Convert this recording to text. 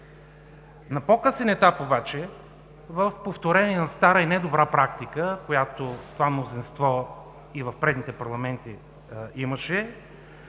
На по-късен етап обаче в повторение на стара и недобра практика, която това мнозинство и в предните парламенти имаше,